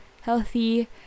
healthy